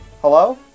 Hello